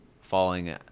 falling